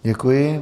Děkuji.